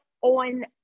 on